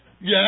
Yes